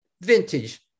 vintage